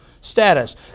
status